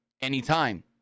Anytime